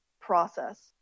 process